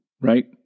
right